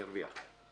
ירוויח.